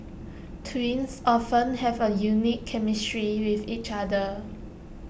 twins often have A unique chemistry with each other